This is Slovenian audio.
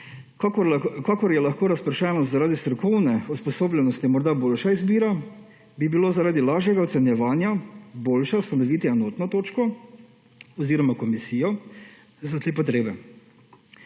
Kakor je lahko razpršenost zaradi strokovne usposobljenosti morda boljša izbira, bi bilo zaradi lažjega ocenjevanja boljše ustanoviti enotno točko oziroma komisijo za te potrebe.